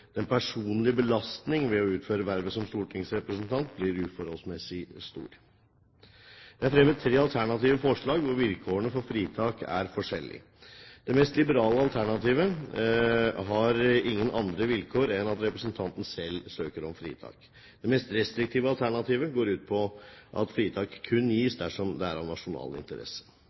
den personlige belastning ved å utføre vervet som stortingsrepresentant blir uforholdsmessig stor. Det er fremmet tre alternative forslag, hvor vilkårene for fritak er forskjellige. Det mest liberale alternativet har ingen andre vilkår enn at representanten selv søker om fritak. Det mest restriktive alternativet går ut på at fritak kun gis dersom det er av